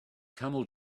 camel